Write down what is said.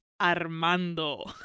Armando